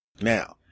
Now